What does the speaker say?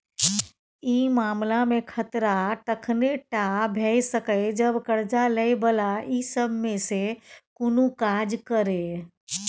ई मामला में खतरा तखने टा भेय सकेए जब कर्जा लै बला ई सब में से कुनु काज करे